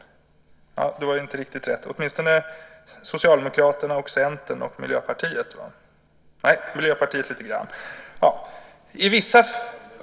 Det var visst inte riktigt rätt, men det är åtminstone Socialdemokraterna och Centern och Miljöpartiet. Nej, det var inte heller riktigt rätt, men det är Miljöpartiet lite grann.